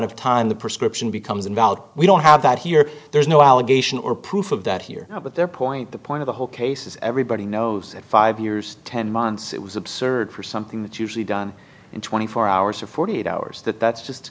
of time the prescription becomes invalid we don't have that here there's no allegation or proof of that here but their point the point of the whole case is everybody knows that five years ten months it was absurd for something that usually done in twenty four hours or forty eight hours that that's just